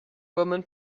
woman